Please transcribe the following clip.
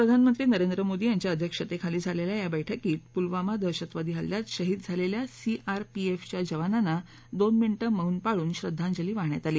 प्रधानमंत्री नरेंद्र मोदी यांच्या अध्यक्षतेखाली झालेल्या या बैठकीत पुलवमा दहशतवादी हल्ल्यात शहीद झालेल्या सीआरपीएफच्या जवानांना दोन मिनिटं मौन पाळून श्रद्वांजली वाहण्यात आली